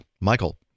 Michael